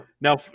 Now